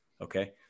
okay